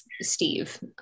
Steve